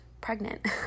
pregnant